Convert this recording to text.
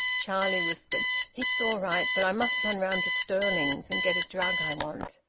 charlie whispered it's all right, but i must run round to stirling's, and get a drug i want.